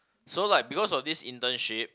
so like because of this internship